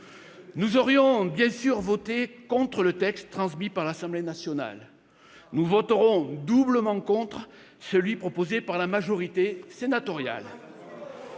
Nous aurions, bien sûr, voté contre le texte transmis par l'Assemblée nationale. Nous voterons doublement contre celui qui est proposé par la majorité sénatoriale